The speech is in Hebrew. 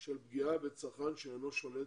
של פגיעה בצרכן שאינו שולט